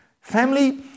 Family